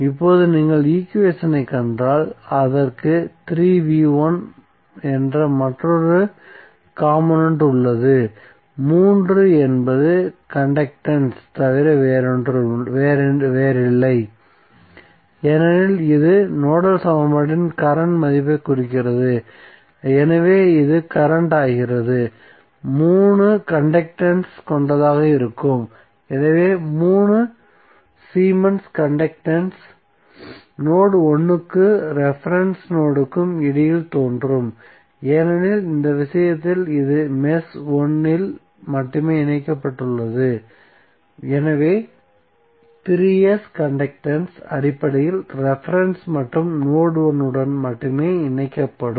இப்போது நீங்கள் ஈக்குவேஷனைக் கண்டால் அதற்கு என்ற மற்றொரு காம்போனென்ட் உள்ளது 3 என்பது கண்டக்டன்ஸ் தவிர வேறில்லை ஏனெனில் இது நோடல் சமன்பாட்டின் கரண்ட் மதிப்பைக் குறிக்கிறது எனவே இது கரண்ட் ஆகிறது 3 கண்டக்டன்ஸ் கொண்டதாக இருக்கும் எனவே 3 சீமென்ஸ் கண்டக்டன்ஸ் நோட் 1 க்கும் ரெபரென்ஸ் நோட்க்கும் இடையில் தோன்றும் ஏனெனில் இந்த விஷயத்தில் இது மெஷ் 1 இல் மட்டுமே இணைக்கப்பட்டுள்ளது எனவே 3 S கண்டக்டன்ஸ் அடிப்படையில் ரெபரென்ஸ் மற்றும் நோட் 1 உடன் மட்டுமே இணைக்கப்படும்